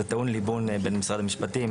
זה טעון ליבון בין משרד המשפטים,